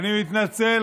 אני מתנצל,